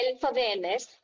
self-awareness